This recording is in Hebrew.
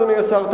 אדוני השר,